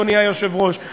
אדוני היושב-ראש,